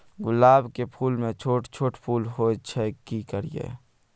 गुलाब के फूल में छोट छोट फूल होय छै की करियै?